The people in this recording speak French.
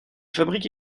fabrique